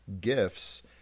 gifts—